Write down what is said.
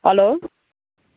hello